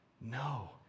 No